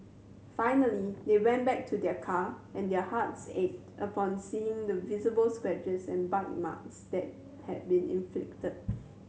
finally they went back to their car and their hearts ached upon seeing the visible scratches and bite marks that had been inflicted